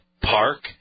Park